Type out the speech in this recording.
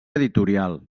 editorial